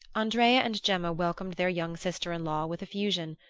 andrea and gemma welcomed their young sister-in-law with effusion,